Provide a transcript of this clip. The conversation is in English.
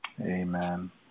Amen